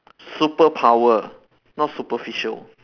superpower not superficial